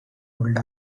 ruled